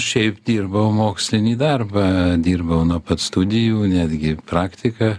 šiaip dirbau mokslinį darbą dirbau nuo pat studijų netgi praktika